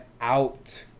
out